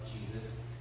Jesus